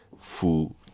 full